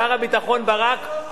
שר הביטחון ברק,